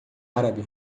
árabe